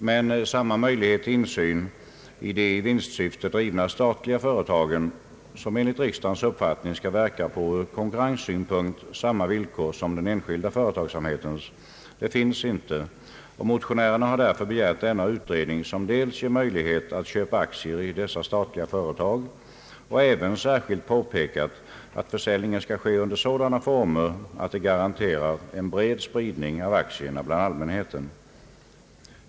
Men samma möjlighet till insyn finns inte i de i vinstsyfte drivna statliga företagen, som enligt riksdagens uppfattning skall verka på ur konkurrenssynpunkt samma villkor som den enskilda företagsamheten, och motionärerna har därför begärt denna utredning, som ger möjlighet att köpa aktier i dessa statliga företag, och även särskilt påpekat att försäljningen skall ske under former som garanterar en bred spridning av aktierna bland allmänheten.